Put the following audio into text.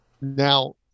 Now